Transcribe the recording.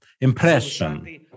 impression